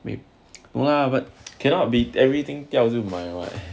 maybe no lah but cannot be everything 掉就买 [what]